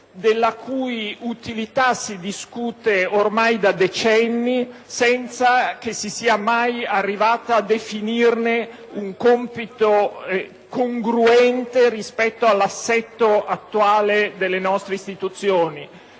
della cui utilità si discute ormai da decenni, senza che si sia mai arrivati a definirne un compito congruente rispetto all'assetto attuale delle nostre istituzioni.